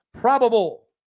probable